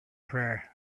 prayer